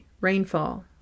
rainfall